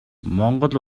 монгол